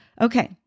Okay